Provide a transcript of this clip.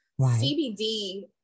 CBD